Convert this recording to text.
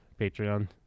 Patreon